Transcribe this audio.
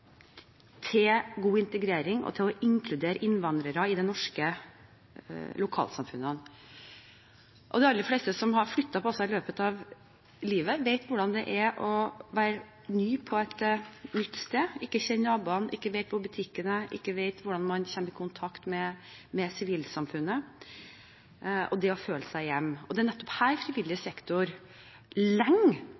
til god integrering og til å inkludere innvandrere i de norske lokalsamfunnene. De aller fleste som har flyttet på seg i løpet av livet, vet hvordan det er å være ny på et nytt sted – ikke kjenne naboene, ikke vite hvor butikken er, ikke vite hvordan man kommer i kontakt med sivilsamfunnet, og det å ikke føle seg hjemme. Det er nettopp her frivillig